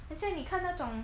很像你看那种